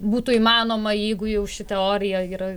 būtų įmanoma jeigu jau ši teorija yra